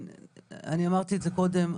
אני אמרתי את זה קודם,